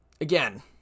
Again